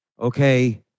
okay